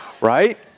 Right